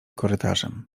korytarzem